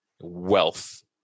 wealth